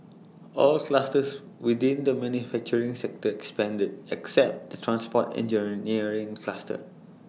all clusters within the manufacturing sector expanded except the transport engineering cluster